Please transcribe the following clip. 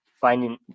finding